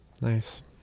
nice